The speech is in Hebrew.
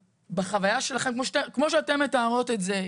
בחוויה שלכן כמו שאתן מתארות את זה,